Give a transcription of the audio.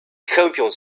chełpiąc